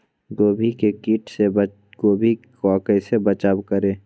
गोभी के किट से गोभी का कैसे बचाव करें?